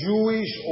Jewish